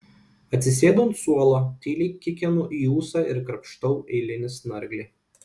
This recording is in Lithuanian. atsisėdu ant suolo tyliai kikenu į ūsą ir krapštau eilinį snarglį